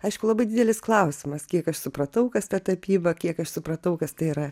aišku labai didelis klausimas kiek aš supratau kas ta tapyba kiek aš supratau kas tai yra